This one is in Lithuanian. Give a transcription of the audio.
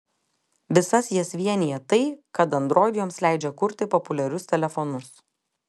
visas jas vienija tai kad android joms leidžia kurti populiarius telefonus